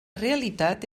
realitat